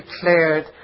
declared